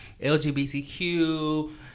LGBTQ